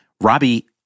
Robbie